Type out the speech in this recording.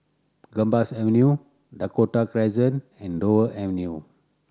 Gambas Avenue Dakota Crescent and Dover Avenue